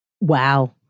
Wow